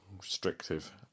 restrictive